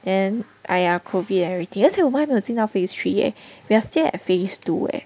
and !aiya! COVID and everything 而且我们还没有进到 phase three eh we are still at phase two eh